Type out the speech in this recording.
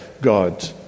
God